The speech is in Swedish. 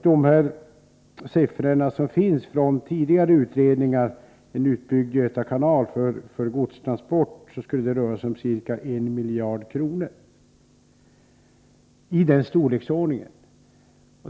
De siffror som finns angivna från tidigare utredningar beträffande en utbyggnad av Göta kanal för godstransporter visar att det skulle röra sig om en kostnad på ca 1 miljard kronor.